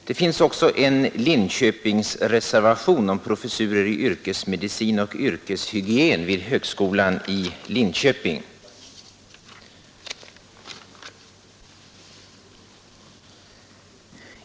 Det finns också en Linköpingsreservation om professurer i yrkesmedicin och yrkeshygien vid högskolan i Linköping.